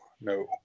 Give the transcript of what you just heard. No